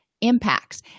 impacts